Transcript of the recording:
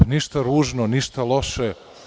Ništa ružno, ništa loše.